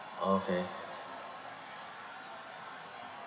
okay